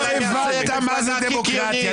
אתה לא רוצה את הציבור --- לא הבנת מה זה דמוקרטיה.